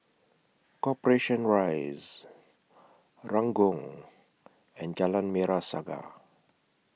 Corporation Rise Ranggung and Jalan Merah Saga